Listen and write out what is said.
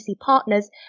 Partners